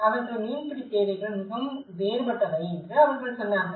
அவர்கள் மீன்பிடித் தேவைகள் மிகவும் வேறுபட்டவை என்று அவர்கள் சொன்னார்கள்